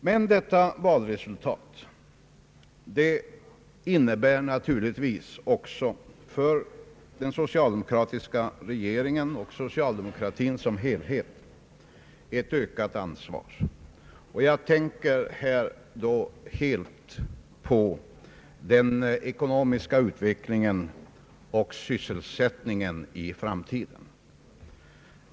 Men detta valresultat innebär naturligtvis också för den socialdemokratiska regeringen och socialdemokratin som helhet ett ökat ansvar. Jag tänker då helt på den ekonomiska utvecklingen och sysselsättningen i framtiden.